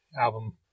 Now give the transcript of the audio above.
album